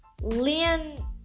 Lian